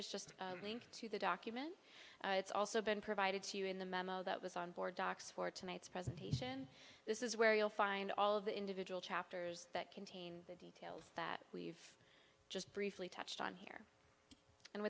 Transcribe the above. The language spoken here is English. is just linked to the documents it's also been provided to you in the memo that was on board docs for tonight's presentation this is where you'll find all of the individual chapters that contain tales that we've just briefly touched on here and